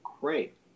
great